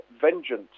Vengeance